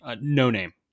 no-name